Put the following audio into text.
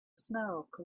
smoke